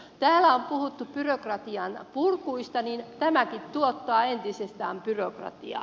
täällä on puhuttu byrokratian purusta mutta tämäkin tuottaa entisestään byrokratiaa